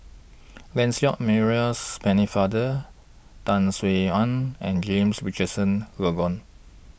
Lancelot Maurice Pennefather Tan Sin Aun and James Richardson Logan